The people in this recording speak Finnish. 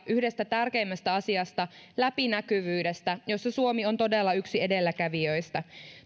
yhdestä tärkeimmistä asioista läpinäkyvyydestä jossa suomi on todella yksi edelläkävijöistä